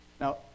Now